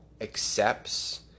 accepts